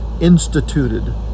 instituted